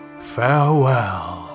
Farewell